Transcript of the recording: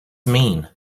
mean